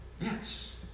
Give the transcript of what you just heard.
yes